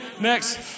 Next